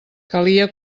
calia